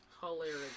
hilarious